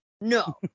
No